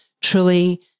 truly